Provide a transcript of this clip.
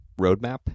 roadmap